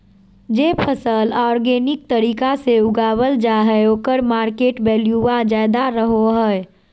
जे फसल ऑर्गेनिक तरीका से उगावल जा हइ ओकर मार्केट वैल्यूआ ज्यादा रहो हइ